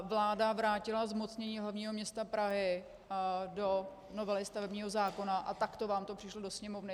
Vláda vrátila zmocnění hlavního města Prahy do novely stavebního zákona a takto vám to přišlo do Sněmovny.